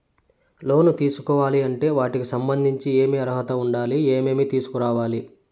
లోను తీసుకోవాలి అంటే వాటికి సంబంధించి ఏమి అర్హత ఉండాలి, ఏమేమి తీసుకురావాలి